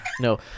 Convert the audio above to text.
No